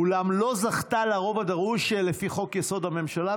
"אולם לא זכתה לרוב הדרוש לפי חוק-יסוד: הממשלה,